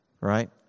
right